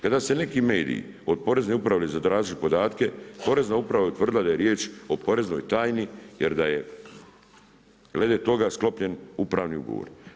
Kada se neki medije od porezne uprave zatražili podatke, porezna uprav je utvrdila da je riječ o poreznoj tajni jer da je glede toga sklopljen upravni ugovor.